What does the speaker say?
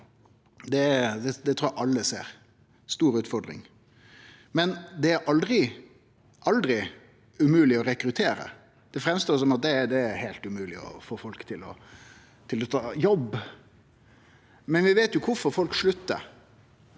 Det trur eg alle ser. Det er ei stor utfordring, men det er aldri – aldri – umogleg å rekruttere. Det framstår som om det er heilt umogleg å få folk til å ta jobb, men vi veit jo kvifor folk sluttar.